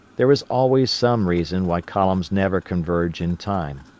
there is always some reason why columns never converge in time.